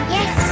Yes